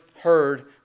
heard